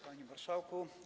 Panie Marszałku!